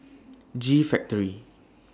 G Factory